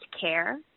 care